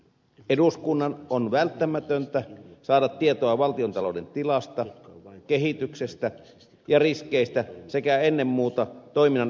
eduskunnan on välttämätöntä saada tietoa valtiontalouden tilasta kehityksestä ja riskeistä sekä ennen muuta toiminnan yhteiskunnallisista vaikutuksista